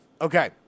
Okay